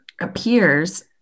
appears